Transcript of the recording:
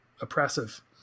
oppressive